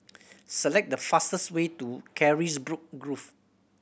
select the fastest way to Carisbrooke Grove